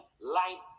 light